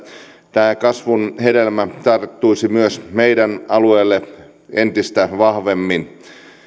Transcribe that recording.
tämä kasvun hedelmä tarttuisi myös meidän alueellemme entistä vahvemmin